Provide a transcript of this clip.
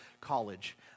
college